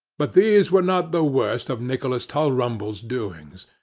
but these were not the worst of nicholas tulrumble's doings.